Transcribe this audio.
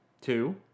Two